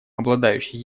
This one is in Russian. обладающие